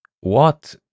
What